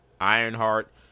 Ironheart